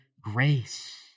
grace